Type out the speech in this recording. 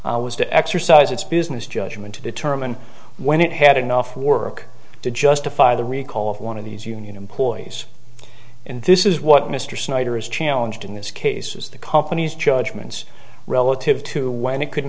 was to exercise its business judgment to determine when it had enough work to justify the recall of one of these union employees and this is what mr snyder is challenged in this case was the company's judgments relative to when it could